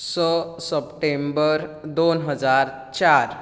स सप्टेंबर दोन हजार चार